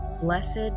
blessed